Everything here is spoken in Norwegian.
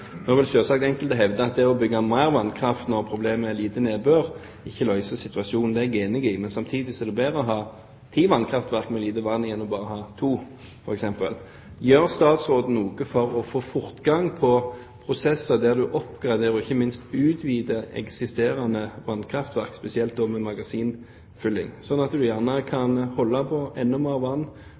Nå vil selvsagt enkelte hevde at det å bygge ut mer vannkraft når problemet er lite nedbør, ikke løser situasjonen. Det er jeg enig i, men samtidig er det bedre å ha ti vannkraftverk med lite vann enn bare å ha to, f.eks. Det som da blir mitt spørsmål, er: Gjør statsråden noe for å få fortgang i prosesser der en oppgraderer – og ikke minst utvider – eksisterende vannkraftverk, spesielt med magasinfylling, slik at en kan holde på enda